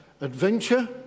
adventure